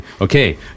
okay